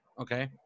okay